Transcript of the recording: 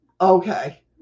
Okay